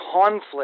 conflict